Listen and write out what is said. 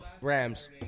Rams